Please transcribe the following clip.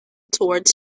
towards